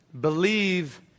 Believe